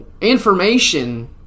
Information